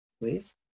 please